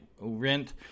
rent